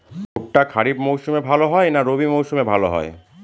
ভুট্টা খরিফ মৌসুমে ভাল হয় না রবি মৌসুমে ভাল হয়?